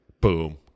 boom